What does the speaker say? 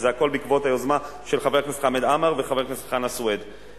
וזה הכול בעקבות היוזמה של חבר הכנסת חמד עמאר וחבר הכנסת חנא סוייד.